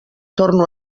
torno